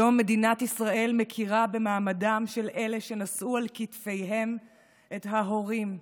היום מדינת ישראל מכירה במעמדם של אלה שנשאו על כתפיהם את ההורים,